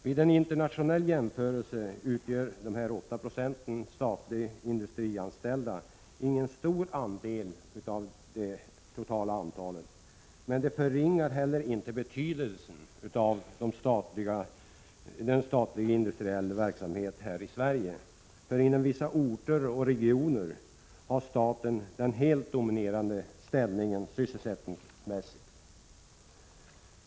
Vid en internationell jämförelse utgör dessa 8 6 statligt industrianställda — Prot. 1986/87:134 ingen stor andel av det totala antalet. Men det förringar heller inte betydelsen — 2 juni 1987 av statlig industriell verksamhet här i Sverige, för inom vissa orter och regioner har staten den helt dominerande ställningen sysselsättningsmässigt.